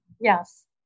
Yes